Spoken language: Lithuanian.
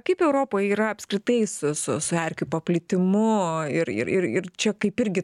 kaip europoj yra apskritai su su su erkių paplitimu ir ir ir ir čia kaip irgi